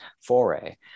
foray